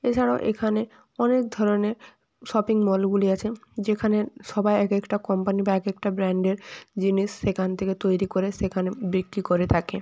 এছাড়াও এখানে অনেক ধরনের শপিং মলগুলি আছে যেখানে সবাই এক একটা কম্পানি বা এক একটা ব্র্যান্ডের জিনিস সেখান থেকে তৈরি করে সেখানে বিক্রি করে থাকে